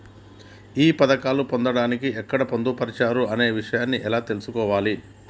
ఈ పథకాలు పొందడానికి ఎక్కడ పొందుపరిచారు అనే విషయాన్ని ఎలా తెలుసుకోవాలి?